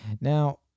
Now